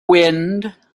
wind